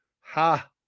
ha